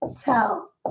tell